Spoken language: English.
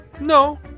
no